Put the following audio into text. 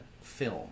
film